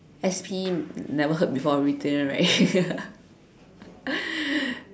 S_P never heard before retain [one] right